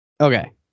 okay